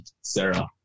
Sarah